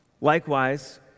Likewise